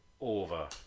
over